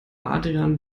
adrian